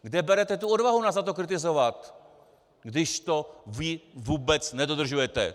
Kde berete tu odvahu nás za to kritizovat, když to vy vůbec nedodržujete?